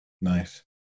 Nice